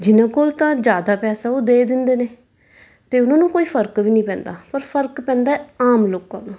ਜਿਹਨਾਂ ਕੋਲ ਤਾਂ ਜ਼ਿਆਦਾ ਪੈਸਾ ਉਹ ਦੇ ਦਿੰਦੇ ਨੇ ਅਤੇ ਉਹਨਾਂ ਨੂੰ ਕੋਈ ਫਰਕ ਵੀ ਨਹੀਂ ਪੈਂਦਾ ਪਰ ਫਰਕ ਪੈਂਦਾ ਆਮ ਲੋਕਾਂ ਨੂੰ